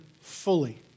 fully